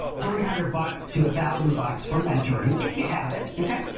three hundred bucks to a thousand bucks for mentoring if you have it, okay?